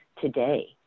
today